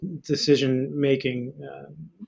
decision-making